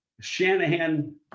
Shanahan